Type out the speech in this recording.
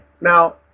Now